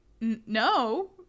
no